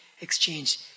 exchange